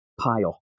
pile